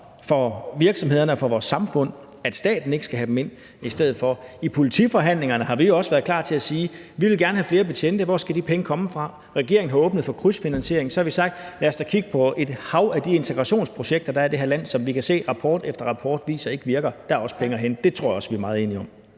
for virksomhederne og for vores samfundet, at staten ikke skal have dem ind i stedet for. I politiforhandlingerne har vi også været klar til at sige: Vi vil gerne have flere betjente. Hvor skal de penge komme fra? Regeringen har åbnet for krydsfinansiering. Så har vi sagt: Lad os da kigge på et hav af de integrationsprojekter, der er i det her land, som rapport efter rapport viser ikke virker. Der er også penge at hente. Det tror jeg også vi er meget enige om.